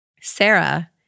Sarah